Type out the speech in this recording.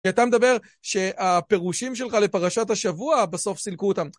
אתה מדבר שהפירושים שלך לפרשת השבוע בסוף סילקו אותם.